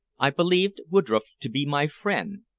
i believed woodroffe to be my friend,